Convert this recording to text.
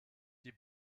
die